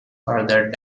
farther